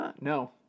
No